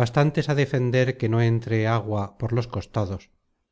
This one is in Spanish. bastantes á defender que no entre agua por los costados